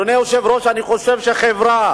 אדוני היושב-ראש, אני חושב שחברה